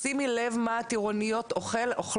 'שימי לב מה הטירוניות אוכלות',